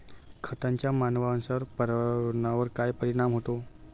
खतांचा मानवांसह पर्यावरणावर काय परिणाम होतो?